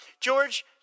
George